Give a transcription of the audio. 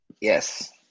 Yes